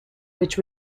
which